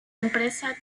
empresa